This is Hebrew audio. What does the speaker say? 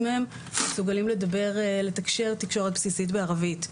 מבוגרי מערכת החינוך מסוגלים לתקשר תקשורת בסיסית בערבית.